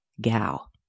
gal